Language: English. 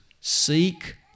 Seek